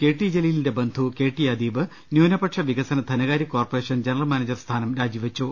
കെട്ടി ജലീലിന്റെ ബന്ധു കെ ടി അദീബ് ന്യൂന പക്ഷ വികസന് ധനകാര്യ കോർപ്പറേഷൻ ജനറൽ മാനേജർ സ്ഥാനം രാജിവെച്ചു